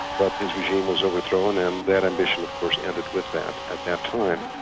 but his regime was overthrown and that ambition of course ended with that at that time.